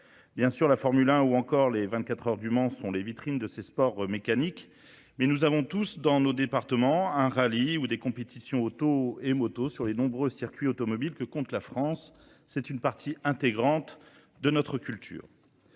Bien sûr, la Formule 1 ou encore les 24 heures du Mans sont les vitrines de ces sports mécaniques, mais nous avons tous dans nos départements un rallye ou des compétitions auto et moto sur les nombreux circuits automobiles que compte la France. C'est une partie intégrante de notre culture.